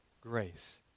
grace